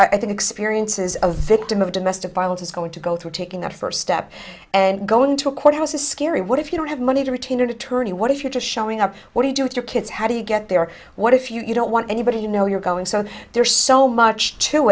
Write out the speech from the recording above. profound i think experiences a victim of domestic violence is going to go through taking that first step and going to a courthouse is scary what if you don't have money to retain an attorney what if you're just showing up what do you do with your kids how do you get there or what if you don't want anybody you know you're going so there's so much to